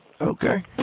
Okay